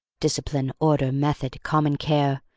discipline, order, method, common care,